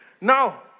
now